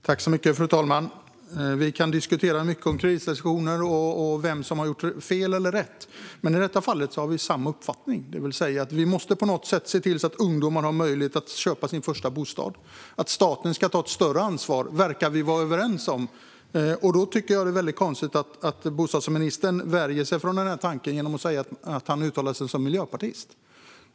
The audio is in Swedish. Fru talman! Vi kan diskutera mycket om kreditrestriktioner och vem som har gjort fel eller rätt. Men i detta fall har vi samma uppfattning, det vill säga att vi på något sätt måste se till att ungdomar har möjlighet att köpa sin första bostad. Att staten ska ta ett större ansvar verkar vi vara överens om. Jag tycker att det är konstigt att bostadsministern värjer sig för den tanken genom att säga att han uttalar sig som miljöpartist.